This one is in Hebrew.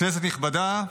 כנסת נכבדה,